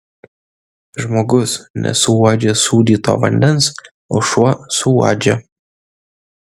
žmogus nesuuodžia sūdyto vandens o šuo suuodžia